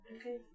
Okay